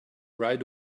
right